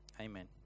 Amen